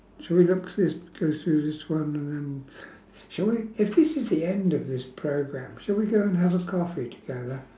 should we look just go through this one and then shall we if this is the end of this programme shall we go and have a coffee together